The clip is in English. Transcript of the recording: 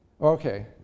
Okay